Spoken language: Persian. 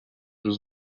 روز